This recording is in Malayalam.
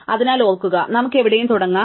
അതിനാൽ ഓർക്കുക നമുക്ക് എവിടെയും തുടങ്ങാം